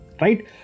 right